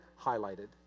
highlighted